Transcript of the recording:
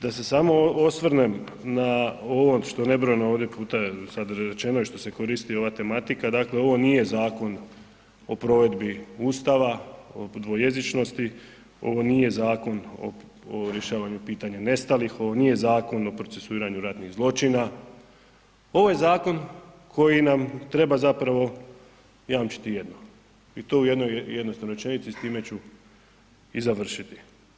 Da se samo osvrnem na ovo što je nebrojeno puta ovdje rečeno i što se koristi ova tematika, dakle ovo nije zakon o provedbi Ustava, dvojezičnosti, ovo nije zakon o rješavanju pitanja nestalih, ovo nije zakon o procesuiranju ratnih zločina, ovo je zakon koji nam treba zapravo jamčiti jedno i to u jednoj jednostavnoj rečenici i s time ću i završiti.